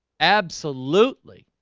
absolutely